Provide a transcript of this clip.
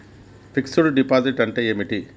Fix డ్ deposit అంటే ఏమిటి?